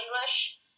English